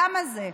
למה זה?